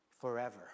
forever